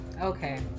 Okay